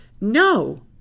no